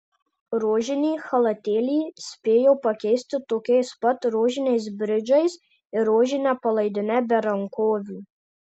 rožinį chalatėlį spėjo pakeisti tokiais pat rožiniais bridžais ir rožine palaidine be rankovių